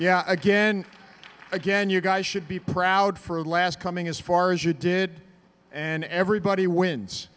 yeah again again you guys should be proud for last coming as far as you did and everybody wins